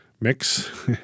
mix